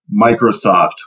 Microsoft